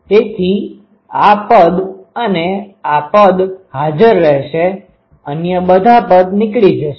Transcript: તેથી આ પદ અને આ પદ હાજર રહેશે અન્ય બધા પદ નીકળી જશે